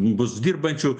bus dirbančių